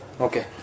Okay